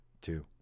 Two